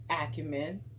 acumen